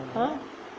ah